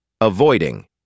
Avoiding